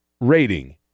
rating